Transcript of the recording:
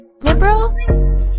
liberal